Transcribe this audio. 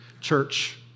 Church